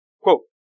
Quote